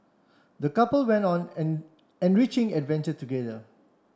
the couple went on an enriching adventure together